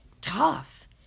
tough